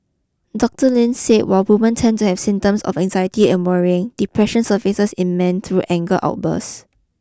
Doctor Lin said while women tend to have symptoms of anxiety and worrying depression surfaces in men through anger outbursts